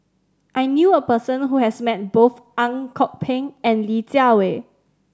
I knew a person who has met both Ang Kok Peng and Li Jiawei